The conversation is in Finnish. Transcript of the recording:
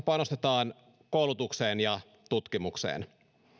panostetaan koulutukseen ja tutkimukseen